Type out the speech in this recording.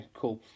cool